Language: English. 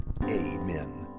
amen